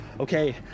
Okay